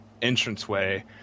entranceway